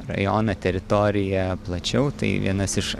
rajono teritoriją plačiau tai vienas iš